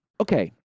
Okay